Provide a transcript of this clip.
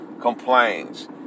complains